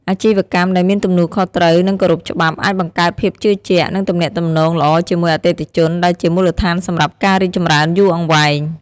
អាជីវកម្មដែលមានទំនួលខុសត្រូវ និងគោរពច្បាប់ អាចបង្កើតភាពជឿជាក់ និងទំនាក់ទំនងល្អជាមួយអតិថិជន ដែលជាមូលដ្ឋានសម្រាប់ការរីកចម្រើនយូរអង្វែង។